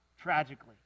tragically